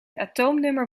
atoomnummer